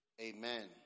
Amen